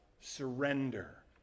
surrender